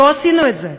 לא עשינו את זה.